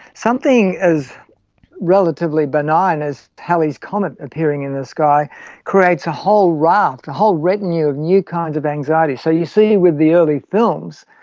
something as relatively benign as halley's comet appearing in the sky creates a whole raft, a whole retinue of new kinds of anxiety. so you see it with the early films,